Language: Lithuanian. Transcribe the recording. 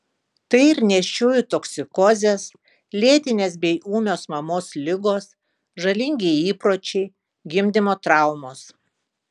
tai ir nėščiųjų toksikozės lėtinės bei ūmios mamos ligos žalingi įpročiai gimdymo traumos